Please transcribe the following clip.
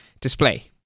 Display